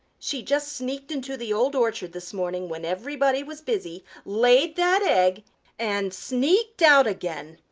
she just sneaked into the old orchard this morning when everybody was busy, laid that egg and sneaked out again.